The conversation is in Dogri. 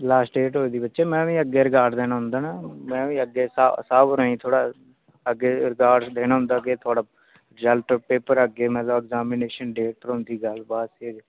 लास्ट डेट होई दी बच्चे में बी अग्गें रिकार्ड देना होंदा ना में बी अग्गें सा साह्ब होरें ईं थोह्ड़ा अग्गें रिकार्ड देना होंदा अग्गें थोह्ड़ा रिजल्ट पेपर अग्गें मतलब ऐग्जैमिनेशन डेट होंदी गल्ल बात फिर